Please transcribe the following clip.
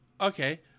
okay